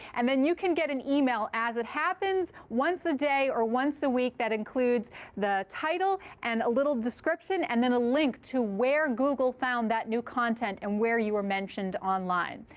and then you can get an email as it happens, once a day, or once a week that includes the title and a little description and then a link to where google found that new content and where you were mentioned online.